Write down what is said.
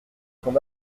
son